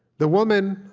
the woman,